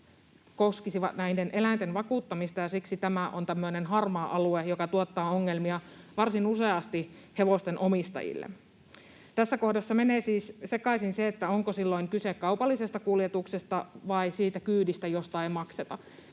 koskisivat näiden eläinten vakuuttamista, ja siksi tämä on tämmöinen harmaa alue, joka tuottaa ongelmia varsin useasti hevosten omistajille. Tässä kohdassa menee siis sekaisin se, onko silloin kyse kaupallisesta kuljetuksesta vai kyydistä, josta ei makseta.